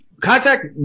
Contact